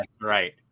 Right